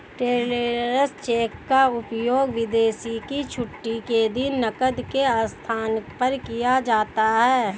travellers cheque का उपयोग विदेशों में छुट्टी के दिन नकद के स्थान पर किया जाता है